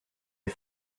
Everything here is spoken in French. est